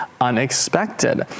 unexpected